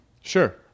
sure